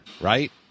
right